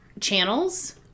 channels